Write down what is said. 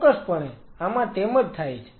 ચોક્કસપણે આમાં તેમ જ થાય છે